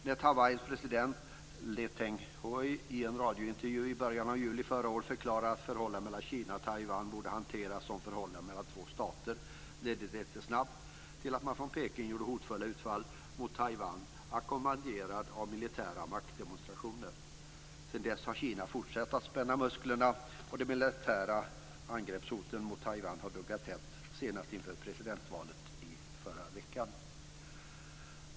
När Taiwans president Lee Teng-hui i en radiointervju i början av juli förra året förklarade att förhållandet mellan Kina och Taiwan borde hanteras som förhållandet mellan två stater ledde detta snabbt till att man från Peking gjorde hotfulla utfall mot Taiwan, ackompanjerade av militära maktdemonstrationer. Sedan dess har Kina fortsatt att spänna musklerna och de militära angreppshoten mot Taiwan har duggat tätt, senast inför presidentvalet i förra veckan.